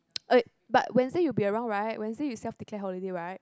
eh but Wednesday you'll be around right Wednesday you self declare holiday right